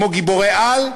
כמו גיבורי-על,